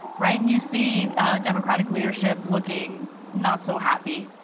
right and you see democratic leadership looking not so happy.